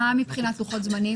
מה מבחינת לוחות זמנים?